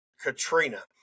Katrina